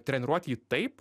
treniruot jį taip